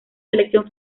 selección